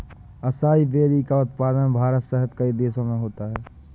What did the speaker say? acai berry का उत्पादन भारत सहित कई देशों में होता है